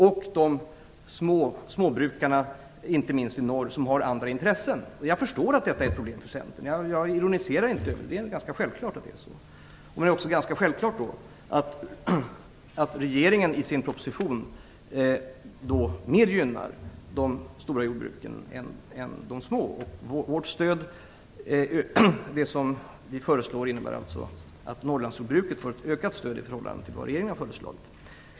och småbrukarna, inte minst i norr, som har andra intressen. Jag förstår att detta är ett problem för Centern. Jag ironiserar inte över detta, för det är ganska självklart att det är så. Därför skulle det tyckas ganska självklart att regeringen i sin proposition mer gynnade de stora jordbruken än de små. Det stöd som vi föreslår innebär alltså att Norrlandsjordbruket får ett ökat stöd i förhållande till vad regeringen har föreslagit.